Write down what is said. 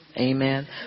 Amen